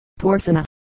Porcina